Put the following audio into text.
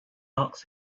ask